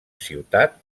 ciutat